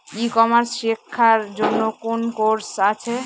ই commerce শেক্ষার জন্য কোন কোর্স আছে?